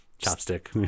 chopstick